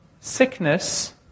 sickness